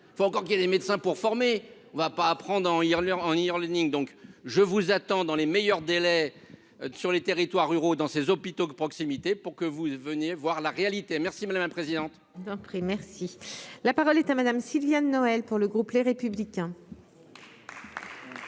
faut encore qu'il des médecins pour former, on va pas à prendre en Irlande, en Iran, donc je vous attends dans les meilleurs délais sur les territoires ruraux dans ces hôpitaux de proximité pour que vous veniez voir la réalité, merci madame la présidente. D'un prix merci, la parole est à Madame Sylvia de Noël pour le groupe Les Républicains.